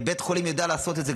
ובית חולים יודע לעשות את זה.